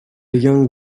young